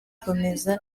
gukomeza